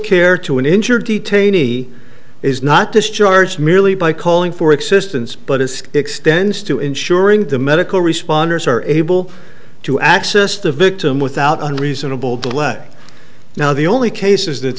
care to an injured detainee is not discharged merely by calling for existence but is extends to ensuring the medical responders are able to access the victim without an reasonable delay now the only cases that